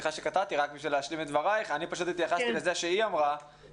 הנחייה מרכזית אותה נרצה להוסיף כשהחוזר יעודכן בקרוב